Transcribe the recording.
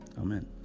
Amen